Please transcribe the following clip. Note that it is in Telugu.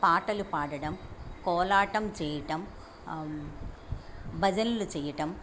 పాటలు పాడడం కోలాటం చేయటం భజనలు చేయటం